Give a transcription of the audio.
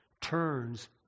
turns